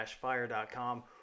fire.com